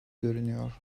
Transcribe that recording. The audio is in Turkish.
görünüyor